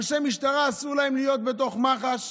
אנשי משטרה, אסור להם להיות בתוך מח"ש,